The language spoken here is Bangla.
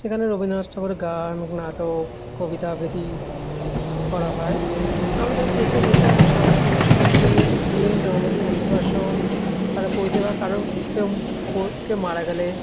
সেখানে রবীন্দ্রনাথ ঠাকুরের গান নাটক কবিতা আবৃতি করা হয় আমাদের দেশে যেসব সামাজিক অনুষ্ঠান রয়েছে বিয়ে জন্মদিন অন্নপ্রাশন কারো পৈতে বা কারো কেউ পো কেউ মারা গেলে